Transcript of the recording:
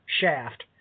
shaft